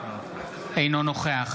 אינו נוכח